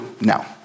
now